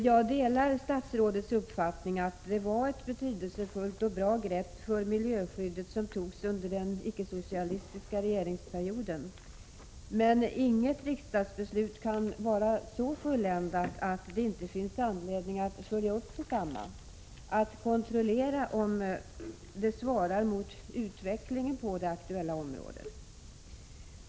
Jag delar statsrådets uppfattning att det var ett betydelsefullt och bra grepp för miljöskyddet som togs under den icke-socialistiska regeringsperioden, men inget riksdagsbeslut kan vara så fulländat att det inte finns anledning att följa upp detsamma, att kontrollera om det svarar mot utvecklingen på det aktuella området.